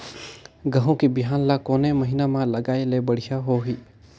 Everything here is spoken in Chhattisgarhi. गहूं के बिहान ल कोने महीना म लगाय ले बढ़िया होही?